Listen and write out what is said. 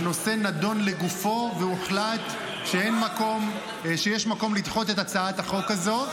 הנושא נדון לגופו והוחלט שיש מקום לדחות את הצעת החוק הזו.